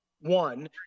One